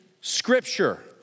Scripture